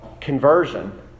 conversion